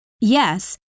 Yes